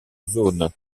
zone